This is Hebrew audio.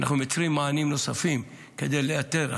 אנחנו מייצרים מענים נוספים כדי לאתר.